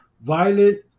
violent